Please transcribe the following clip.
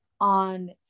on